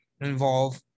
involve